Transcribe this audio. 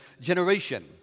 generation